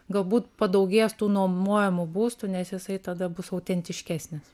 galbūt padaugės tų nuomojamų būstų nes jisai tada bus autentiškesnis